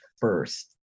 first